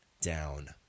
down